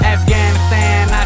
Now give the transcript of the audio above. Afghanistan